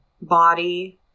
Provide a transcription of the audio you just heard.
body